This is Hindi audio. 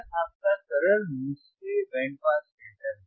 यह आपका सरल निष्क्रिय बैंड पास फिल्टर है